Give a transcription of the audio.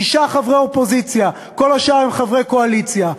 שישה חברי אופוזיציה, כל השאר הם חברי קואליציה.